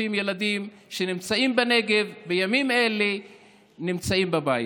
ילדים שנמצאים בנגב ובימים אלה נמצאים בבית.